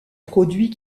produits